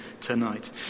tonight